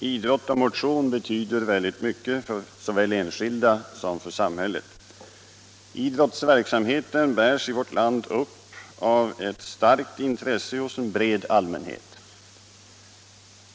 Idrott och motion har stor betydelse för både den enskilde och samhället. Idrottsverksamheten bärs i vårt land upp av ett starkt intresse hos en bred allmänhet.